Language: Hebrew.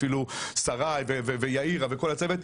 ואפילו שריי ויאיר וכל הצוות,